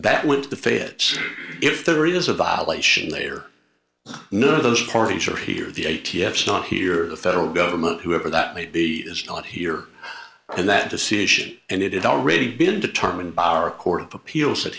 that went to the feds if there is a violation they are none of those parties are here the a t f not here the federal government whoever that may be is not here and that decision and it had already been determined by our court of appeals that